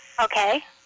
Okay